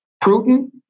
prudent